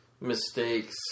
mistakes